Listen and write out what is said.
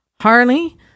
Harley